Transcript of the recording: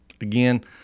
Again